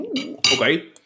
Okay